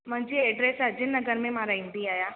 मुंहिंजी एड्रेस अजय नगर में मां रहंदी आहियां